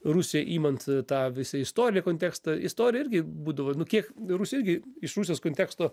rusijai imant tą visą istorinį kontekstą istorija irgi būdavo nu kiek rusija irgi iš rusijos konteksto